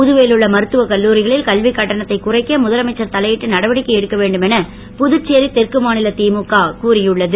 புதுவையில் உள்ள மருத்துவக் கல்லூரிகளில் கல்வி கட்டணத்தை குறைக்க முதலமைச்சர் தலையிட்டு நடவடிக்கை எடுக்க வேண்டும் என புதுச்சேரி தெற்கு மாநில திமுக கோரியுள்ளது